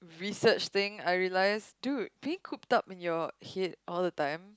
research thing I realize dude being cooped up in your head all the time